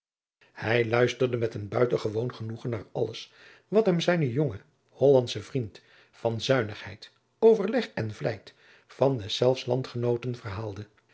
hij luisterde met een buitengewoon genoegen naar alles wat hem zijn jonge hollandsche vriend van zuinigheid overleg en vlijt van deszelfs landgenooten verhaalde